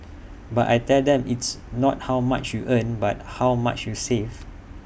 but I tell them it's not how much you earn but how much you save